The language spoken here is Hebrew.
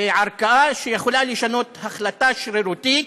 וערכאה שיכולה לשנות החלטה שרירותית.